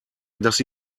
dass